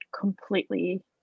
completely